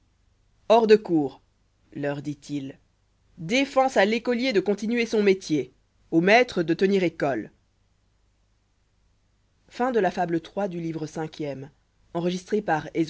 hors de cour leur dit-il défense à l'écolier de continuer son jfiétier au maître de tenir école livre v iyâ fable